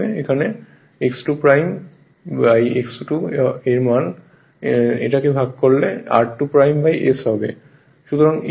এখানে X2 X2 হয় এবং যদি এইটিকে ভাগ করি তাহলে তা হবে r2s